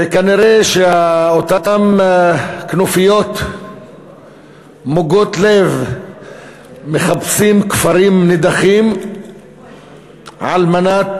וכנראה שאותן כנופיות מוגות לב מחפשות כפרים נידחים על מנת